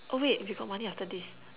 oh wait we got money after this